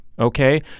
Okay